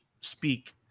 speak